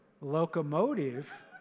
locomotive